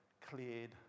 cleared